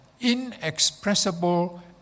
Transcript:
inexpressible